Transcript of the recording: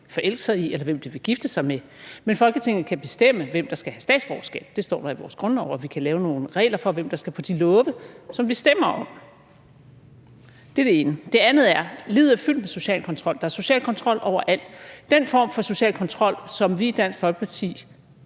forelske sig i eller gifte sig med, men Folketinget kan bestemme, hvem der skal have statsborgerskab – det står der i vores grundlov – og vi kan lave nogle regler for, hvem der skal på de lovforslag, som vi stemmer om. Det er det ene. Det andet er, at livet er fyldt med social kontrol. Der er social kontrol overalt. Den form for social kontrol, som vi i Dansk Folkeparti